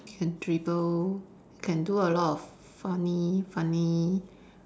can dribble can do a lot of funny funny